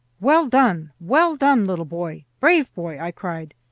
well done, well done, little boy! brave boy! i cried,